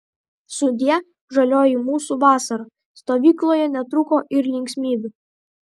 sudie žalioji mūsų vasara stovykloje netrūko ir linksmybių